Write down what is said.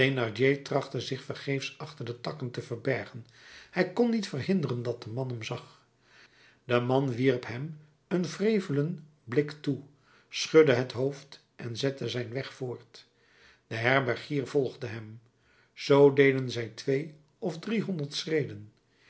trachtte zich vergeefs achter de takken te verbergen hij kon niet verhinderen dat de man hem zag de man wierp hem een wrevelen blik toe schudde het hoofd en zette zijn weg voort de herbergier volgde hem zoo deden zij twee of driehonderd schreden